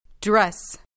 Dress